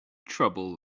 trouble